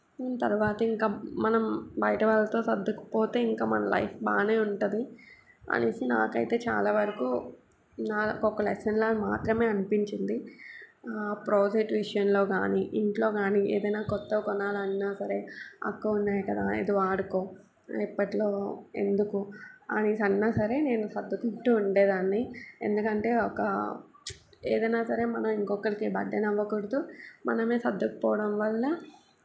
తరువాత ఇంకా మనం బయట వాళ్ళతో సర్దుకుపోతే ఇంకా మన లైఫ్ బాగానే ఉంటుంది అనేసి నాకు అయితే చాలా వరకు నాకు ఒక లెసన్లా మాత్రమే అనిపించింది ప్రాజెక్ట్ విషయంలో కానీ ఇంట్లో కానీ ఏదైనా క్రొత్తవి కొనాలన్నా సరే అక్కవి ఉన్నాయి కదా ఇది వాడుకో ఇప్పట్లో ఎందుకు అనేసి అన్నా సరే నేను సర్దుకుంటూ ఉండేదాన్ని ఎందుకంటే ఒక ఏదైనా సరే మనం ఇంకొకరికి బర్డెన్ అవ్వకూడదు మనమే సర్దుకుపోవడం వల్ల